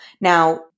Now